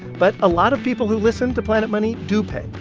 but a lot of people who listen to planet money do pay.